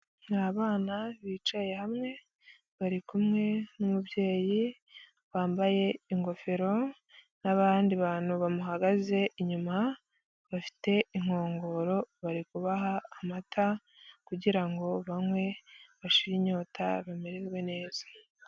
Ni abana bicaye hamwe, bari kumwe n'umubyeyi wambaye ingofero, n'abandi bantu bamuhagaze inyuma, bafite inkongoro, barikuha amata kugira ngo banywe, bashire inyota, bamererwe neza.